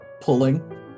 pulling